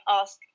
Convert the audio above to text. ask